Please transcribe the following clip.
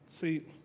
See